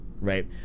right